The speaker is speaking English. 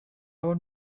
want